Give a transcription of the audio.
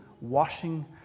washing